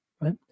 right